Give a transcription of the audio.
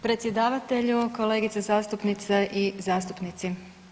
Predsjedavatelju, kolegice zastupnice i zastupnici.